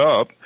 up